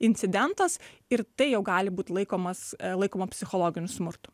incidentas ir tai jau gali būt laikomas laikoma psichologiniu smurtu